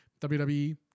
WWE